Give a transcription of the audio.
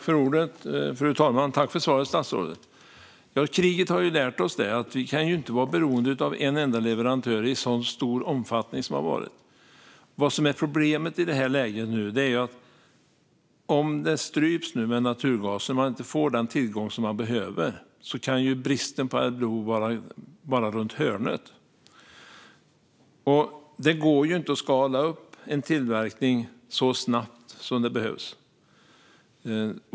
Fru talman! Tack för svaret, statsrådet! Kriget har lärt oss att vi inte kan vara beroende av en enda leverantör i så stor omfattning som vi har varit. Problemet i det här läget är att om naturgasen nu stryps så att man inte får den tillgång man behöver kan bristen på Adblue vara runt hörnet. Det går inte att skala upp en tillverkning så snabbt som det behövs.